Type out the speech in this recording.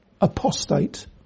apostate